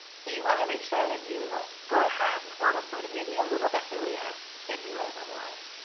so you wanna make sure that you go ahead and order food, and maybe a little bit earlier than you would've otherwise.